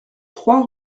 trois